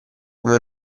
come